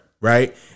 Right